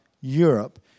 Europe